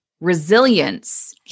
resilience